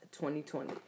2020